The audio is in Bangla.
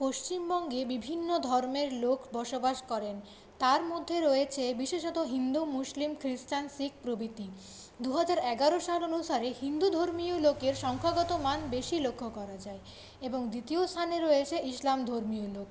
পশ্চিমবঙ্গে বিভিন্ন ধর্মের লোক বসবাস করেন তার মধ্যে রয়েছে বিশেষত হিন্দু মুসলিম খ্রিস্টান শিখ প্রভৃতি দুহাজার এগারো সাল অনুসারে হিন্দু ধর্মীয় লোকের সংখ্যাগত মান বেশি লক্ষ্য করা যায় এবং দ্বিতীয় স্থানে রয়েছে ইসলাম ধর্মীয় লোক